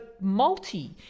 multi